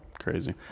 crazy